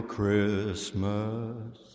Christmas